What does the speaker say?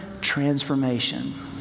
transformation